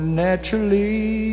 naturally